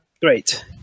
Great